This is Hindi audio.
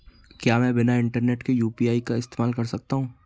क्या मैं बिना इंटरनेट के यू.पी.आई का इस्तेमाल कर सकता हूं?